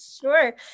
Sure